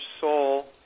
soul